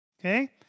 okay